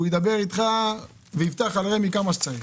הוא ידבר איתך ויפתח על רשות מקרקעי ישראל כמה שצריך.